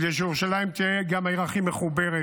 כדי שירושלים תהיה גם העיר הכי מחוברת,